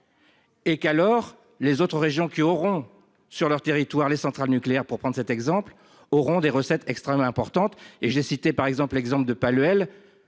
Et qu'alors les autres régions qui auront sur leur territoire les centrales nucléaires pour prendre cet exemple auront des recettes extrêmement importante et j'ai cité par exemple l'exemple de Paluel